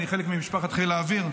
אני חלק ממשפחת חיל האוויר.